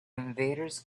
invaders